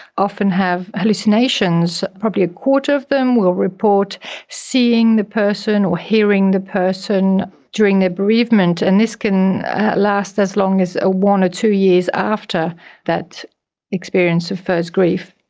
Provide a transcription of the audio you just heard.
often have hallucinations, probably a quarter of them will report seeing the person or hearing the person during their bereavement, and this can last as long as ah one or two years after that experience of first grief.